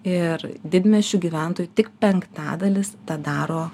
ir didmiesčių gyventojų tik penktadalis tą daro